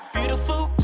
Beautiful